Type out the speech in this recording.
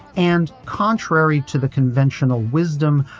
and contrary to the conventional wisdom,